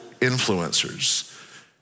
influencers